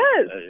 Yes